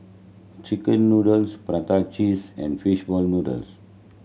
chicken noodles prata cheese and fishball noodles